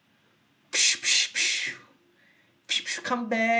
come back